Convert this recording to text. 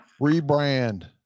Rebrand